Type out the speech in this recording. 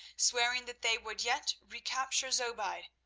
swearing that they would yet recapture zobeide,